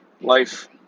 Life